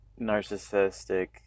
narcissistic